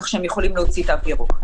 כך שהם יכולים להוציא תו ירוק.